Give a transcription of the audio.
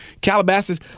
Calabasas